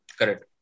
Correct